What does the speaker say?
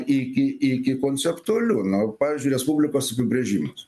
iki iki konceptualių na o pavyzdžiui respublikos apibrėžimas